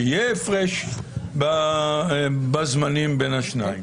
שיהיה הפרש בזמנים בין השניים.